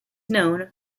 known